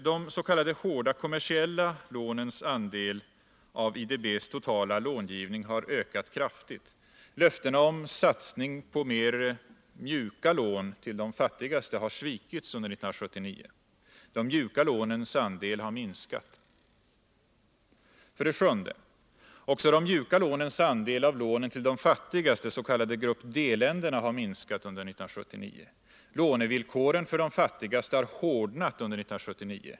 De s.k. hårda kommersiella lånens andel av IDB:s totala långivning har ökat kraftigt. Löftena om satsning på mer mjuka lån till de fattigaste har svikits under 1979. De mjuka lånens andel har minskats. 7. Också de mjuka lånens andel av lånen till de fattigaste, de s.k. grupp D-länderna, har minskat under 1979. Lånevillkoren för de fattigaste har hårdnat under 1979.